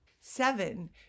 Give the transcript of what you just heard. Seven